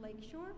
Lakeshore